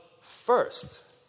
first